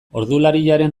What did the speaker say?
ordulariaren